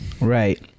Right